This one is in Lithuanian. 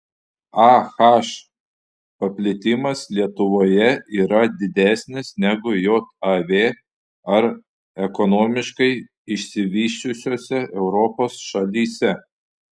ah paplitimas lietuvoje yra didesnis negu jav ar ekonomiškai išsivysčiusiose europos šalyse